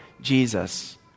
Jesus